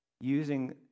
using